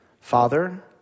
Father